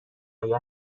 اید